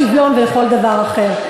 לשוויון ולכל דבר אחר.